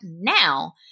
now